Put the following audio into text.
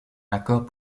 accord